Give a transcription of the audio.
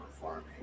farming